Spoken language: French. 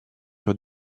sur